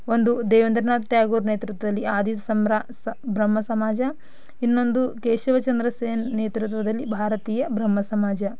ಒಂದು ದೇವೇಂದ್ರನಾಥ್ ಟ್ಯಾಗೂರ್ ನೇತೃತ್ವದಲ್ಲಿ ಆದಿ ಸಂಬ್ರ ಸ ಬ್ರಹ್ಮ ಸಮಾಜ ಇನ್ನೊಂದು ಕೇಶವ ಚಂದ್ರಸೇನ್ ನೇತೃತ್ವದಲ್ಲಿ ಭಾರತೀಯ ಬ್ರಹ್ಮ ಸಮಾಜ